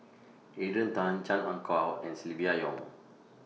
Adrian Tan Chan Ah Kow and Silvia Yong